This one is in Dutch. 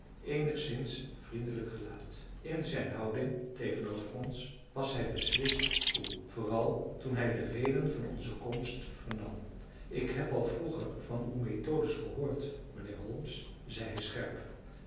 eenigszins vriendelijk gelaat in zijn houding tegenover ons was hij beslist koel vooral toen hij de reden van onze komst vernam ik heb al vroeger van uw methodes gehoord mijnheer holmes zeide hij scherp